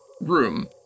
room